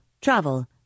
travel